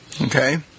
okay